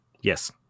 Yes